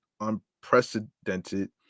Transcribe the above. unprecedented